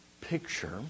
picture